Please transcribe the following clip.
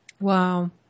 Wow